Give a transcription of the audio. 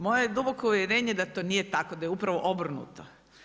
Moje je duboko uvjerenje, da to nije tako, da je upravo obrnuto.